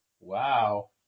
Wow